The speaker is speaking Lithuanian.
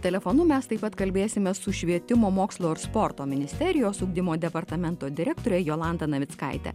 telefonu mes taip pat kalbėsime su švietimo mokslo ir sporto ministerijos ugdymo departamento direktore jolanta navickaite